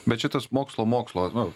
bet šitas mokslo mokslo nu